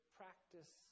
practice